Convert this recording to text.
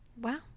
wow